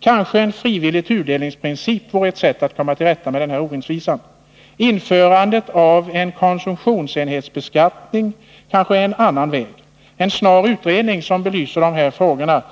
Kanske en frivillig tudelningsprincip kunde vara ett sätt att komma till rätta med denna orättvisa. En annan väg vore måhända att införa en konsumtionsenhetsbeskattning. Det förefaller mig väldigt angeläget att en utredning snarast belyser de här frågorna.